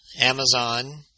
Amazon